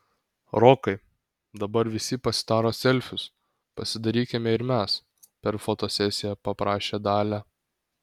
rokai dabar visi pasidaro selfius pasidarykime ir mes per fotosesiją paprašė dalia